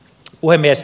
puhemies